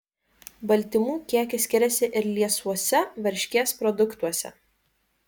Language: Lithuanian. baltymų kiekis skiriasi ir liesuose varškės produktuose